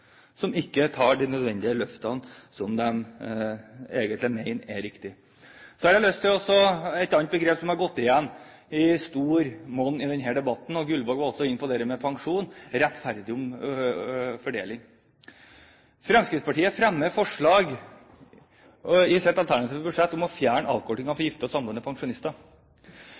som ikke tar de nødvendige løftene som den egentlig mener er riktige. Et annet begrep som har gått igjen i stor monn i denne debatten – og Gullvåg var også inne på pensjoner – er «rettferdig fordeling». Fremskrittspartiet fremmer i sitt alternative budsjett forslag om å fjerne avkortingen for gifte og samboende pensjonister.